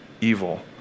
evil